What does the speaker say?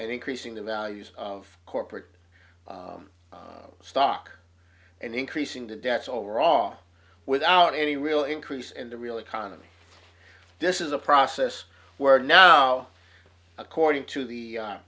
and increasing the value of corporate stock and increasing the debts overall without any real increase in the real economy this is a process where now according to